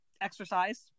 exercise